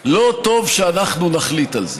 לא טוב שאנחנו נחליט על זה.